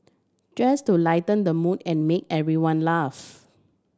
just to lighten the mood and make everyone laugh